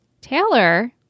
Taylor